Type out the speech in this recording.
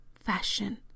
fashion